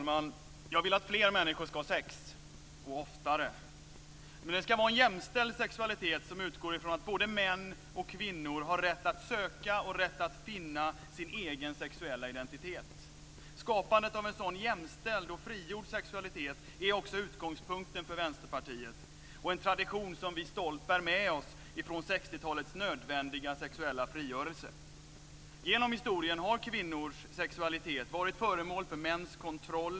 Fru talman! Jag vill att fler människor ska ha sex - och oftare. Det ska vara en jämställd sexualitet som utgår från att både män och kvinnor har rätt att söka och rätt att finna sin egen sexuella identitet. Skapandet av en sådan jämställd och frigjord sexualitet är också utgångspunkten för Vänsterpartiet, och det är en tradition som vi stolt bär med oss från 60-talets nödvändiga sexuella frigörelse. Genom historien har kvinnors sexualitet varit föremål för mäns kontroll.